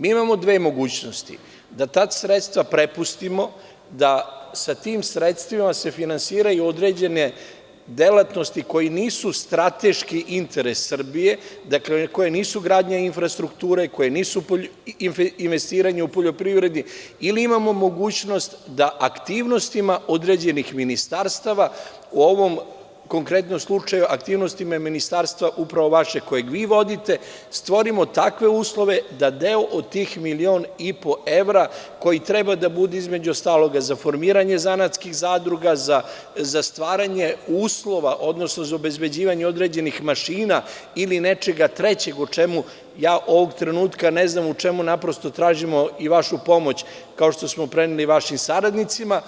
Mi imamo dve mogućnosti, da ta sredstva prepustimo da sa tim sredstvima se finansiraju određene delatnosti koje nisu strateški interes Srbije, dakle, koje nisu gradnja infrastrukture, koje nisu investiranje u poljoprivredi ili imamo mogućnost da aktivnostima određenih ministarstava u ovom konkretnom slučaju, aktivnostima ministarstva upravo vašeg koje vi vodite, stvorimo takve uslove da deo od tih milion i po evra koji treba da bude, između ostalog, za formiranje zanatskih zadruga, za stvaranje uslova odnosno za obezbeđivanje određenih mašina ili nečeg trećeg o čemu, ja ovog trenutka ne znam u čemu naprosto tražimo i vaš u pomoć, kao što smo preneli vašim saradnicima,